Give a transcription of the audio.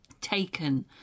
taken